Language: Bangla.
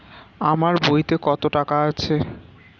আমার বইতে কত টাকা আছে?